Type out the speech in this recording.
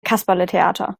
kasperletheater